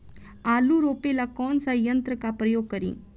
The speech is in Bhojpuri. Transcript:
आलू रोपे ला कौन सा यंत्र का प्रयोग करी?